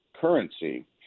currency